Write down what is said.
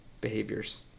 behaviors